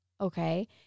Okay